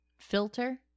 filter